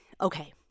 Okay